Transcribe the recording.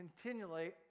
continually